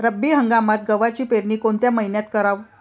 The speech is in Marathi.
रब्बी हंगामात गव्हाची पेरनी कोनत्या मईन्यात कराव?